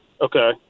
Okay